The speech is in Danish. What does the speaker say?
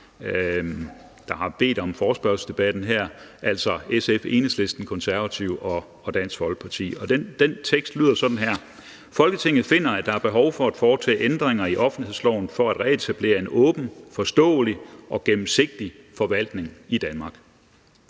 det kan man jo selv redegøre for – altså SF, Enhedslisten, Konservative og Dansk Folkeparti. Og det lyder sådan her: Forslag til vedtagelse »Folketinget finder, at der er behov for at foretage ændringer i offentlighedsloven for at reetablere en åben, forståelig og gennemsigtig forvaltning i Danmark.